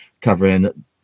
covering